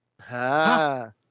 Ha